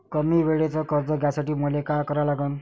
कमी वेळेचं कर्ज घ्यासाठी मले का करा लागन?